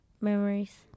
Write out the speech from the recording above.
Memories